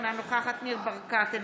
אינו נוכח ניר ברקת,